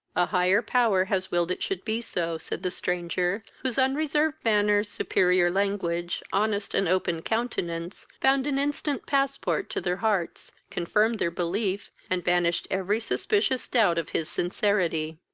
a higher power has willed it should be so, said the stranger, whose unreserved manner, superior language, honest and open countenance, found an instant passport to their hearts, confirmed their belief, and banished every suspicious doubt of his sincerity.